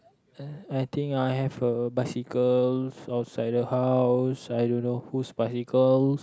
uh I think I have a bicycle outside the house I don't know whose bicycle